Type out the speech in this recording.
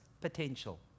potential